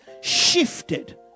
shifted